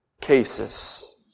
cases